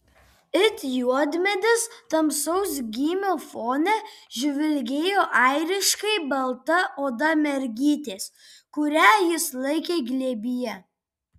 it juodmedis tamsaus gymio fone žvilgėjo airiškai balta oda mergytės kurią jis laikė glėbyje